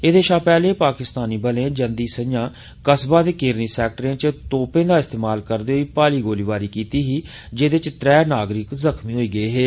एह्दे शा पैह्ले पाकिस्तानी बलें जंदी संझां कस्बा ते किरनी सैक्टरें च तोपें दा इस्तेमाल करदे होई भारी गोलाबारी कीती ही जेह्दे च त्रै आम नागरिक जख्मीं होई गे हे